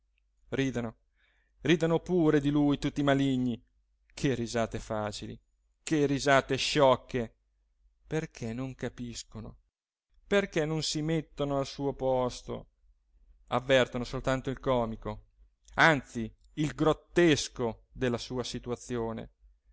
ridano ridano pure di lui tutti i maligni che risate facili che risate sciocche perché non capiscono perché non si mettono al suo posto avvertono soltanto il comico anzi il grottesco della sua situazione